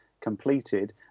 completed